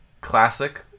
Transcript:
classic